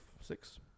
Six